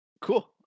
cool